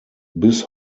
bis